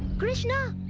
krishna!